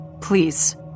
please